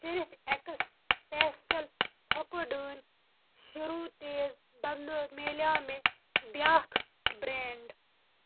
چیٚرِش اٮ۪کٕس پیسٹَل پھۄکہٕ ڈٲنۍ شروع تیٖز بدلہٕ میلیو مےٚ بیٛاکھ برٛینٛڈ